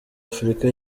afurika